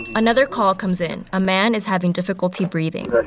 another call comes in. a man is having difficulty breathing.